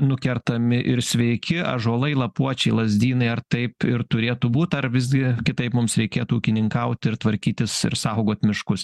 nukertami ir sveiki ąžuolai lapuočiai lazdynai ar taip ir turėtų būt ar visgi kitaip mums reikėtų ūkininkauti ir tvarkytis ir saugot miškus